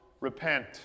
Repent